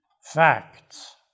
Facts